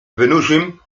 wynurzym